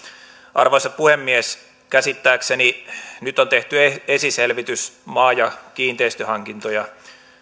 arvoisa puhemies käsittääkseni nyt on tehty esiselvitys maa ja kiinteistöhankintoja